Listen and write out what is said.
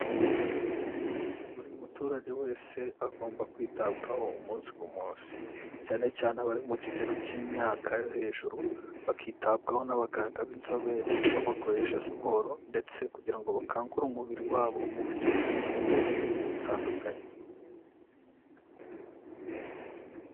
Buri muturage wese agomba kwitabwaho umunsi ku munsi, cyane cyane abari mu kigero cy'imyaka yo hejuru bakitabwaho n'abaganga b'inzobere, babakoresha siporo ndetse kugira ngo bakangure umubiri wabo mu buryo bw'ingingo n'ibindi bitandukanye.